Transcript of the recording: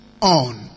on